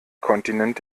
kontinent